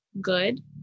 good